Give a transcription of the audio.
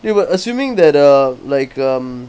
dude but assuming that uh like um